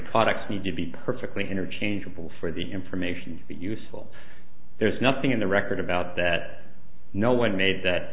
products need to be perfectly interchangeable for the information to be useful there's nothing in the record about that no one made that